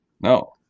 No